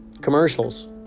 commercials